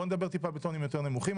בוא נדבר טיפה בטונים יותר נמוכים.